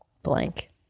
Blank